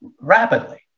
rapidly